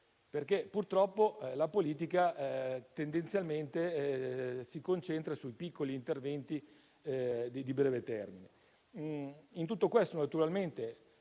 Purtroppo, però, la politica tendenzialmente si concentra sui piccoli interventi di breve termine.